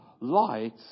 Light